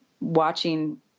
watching